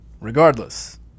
Regardless